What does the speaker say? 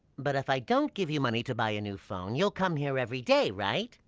but if i don't give you money to buy a new phone, you'll come here every day, right?